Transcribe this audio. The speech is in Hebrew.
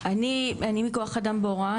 אני מכוח אדם בהוראה.